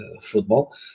football